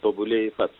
tobulėji pats